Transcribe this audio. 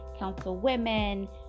councilwomen